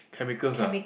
chemicals ah